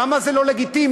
למה זה לא לגיטימי?